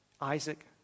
Isaac